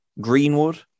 Greenwood